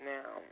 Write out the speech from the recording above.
Now